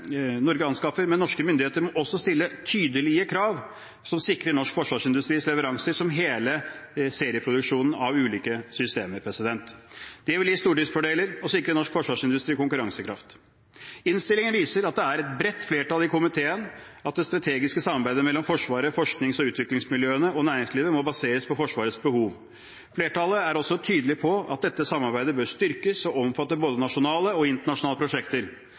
norske myndigheter må også stille tydelige krav som sikrer norsk forsvarsindustris leveranser, som hele serieproduksjonen av ulike systemer. Det vil gi stordriftsfordeler og sikre norsk forsvarsindustri konkurransekraft. Innstillingen viser at det er et bredt flertall i komiteen for at det strategiske samarbeidet mellom Forsvaret, forsknings- og utviklingsmiljøene og næringslivet må baseres på Forsvarets behov. Flertallet er også tydelig på at dette samarbeidet bør styrkes og omfatte både nasjonale og internasjonale prosjekter.